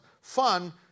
fun